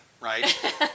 right